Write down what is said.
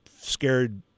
scared